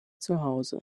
zuhause